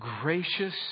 gracious